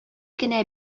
генә